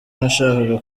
ntashaka